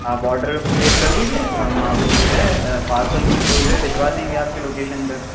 آپ order place کر دیجیے ہم آپ کو جو ہے پارسل کے تھرو جو ہے بھجوا دیں گے آپ کی لوکیشن پہ